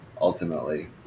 ultimately